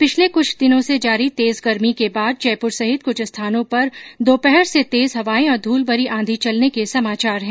पिछले कुछ दिनों से जारी तेज गर्मी के बाद जयपुर सहित कुछ स्थानों पर दोपहर से तेज हवाए और धूल भरी आंधी चलने के समाचार है